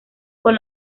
con